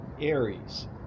Aries